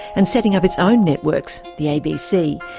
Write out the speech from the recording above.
and setting up its own networks, the abc,